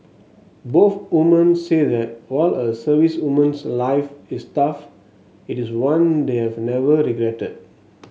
both woman said that while a servicewoman's life is tough it is one they have never regretted